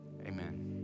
amen